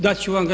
Dat ću vam ga.